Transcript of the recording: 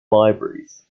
libraries